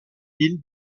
île